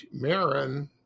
Marin